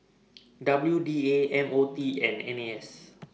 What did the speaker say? W D A M O T and N A S